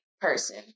person